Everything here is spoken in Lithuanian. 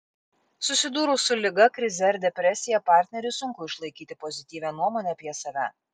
susidūrus su liga krize ar depresija partneriui sunku išlaikyti pozityvią nuomonę apie save